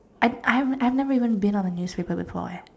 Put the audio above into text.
I I I've never even been on the newspaper before eh